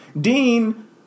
Dean